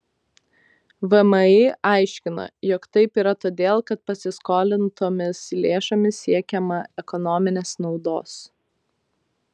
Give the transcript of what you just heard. vmi aiškina jog taip yra todėl kad pasiskolintomis lėšomis siekiama ekonominės naudos